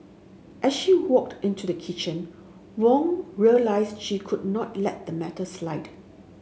as she walked into the kitchen Wong realised she could not let the matter slide